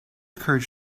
occurred